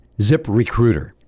ZipRecruiter